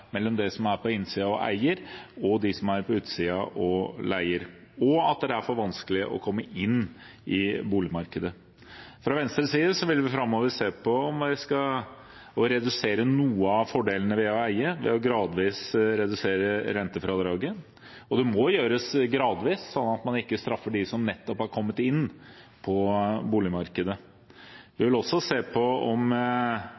mellom dem som er på innsiden og eier, og dem som er på utsiden og leier, og at det er for vanskelig å komme inn på boligmarkedet. Fra Venstres side vil vi framover se på om vi skal redusere noen av fordelene med å eie, ved gradvis å redusere rentefradraget. Det må gjøres gradvis, sånn at man ikke straffer dem som nettopp har kommet inn på boligmarkedet. Vi